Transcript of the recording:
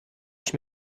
ich